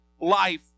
life